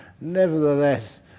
Nevertheless